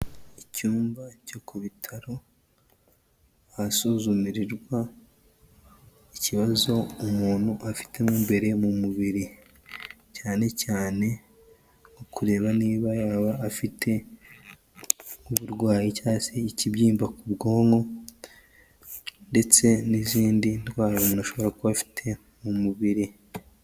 Icyumba cyo ku bitaro ahasuzumirirwa ikibazo umuntu afite mo imbere mu mubiri, cyane cyane kureba niba yaba afite uburwayi cyangwa se ikibyimba ku bwonko ndetse n'izindi ndwara umuntu ashobora kuba afite mu mubiri.